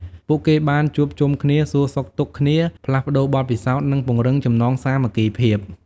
ពួកគេបានជួបជុំគ្នា សួរសុខទុក្ខគ្នា ផ្លាស់ប្តូរបទពិសោធន៍ និងពង្រឹងចំណងសាមគ្គីភាព។